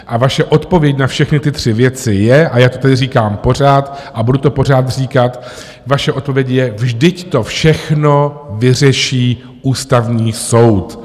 A vaše odpověď na všechny ty tři věci je, a jak tady říkám pořád a budu to pořád říkat, vaše odpověď je: vždyť to všechno vyřeší Ústavní soud.